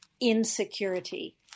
insecurity